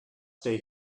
stay